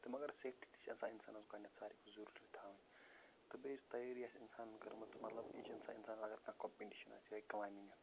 تہٕ مگر سٮ۪فٹی تہِ چھِ آسان اِنسانَس ساروی کھۄتہٕ ضُروٗری تھاوٕنۍ تہٕ بیٚیہِ یُس تیٲری آسہِ اِنسانَن کٔرمٕژ مطلب یہِ چھِ اِنسان اِنسانَن اَگر کانٛہہ کمپنی چھِ جایہِ کٔلایمِنٛگ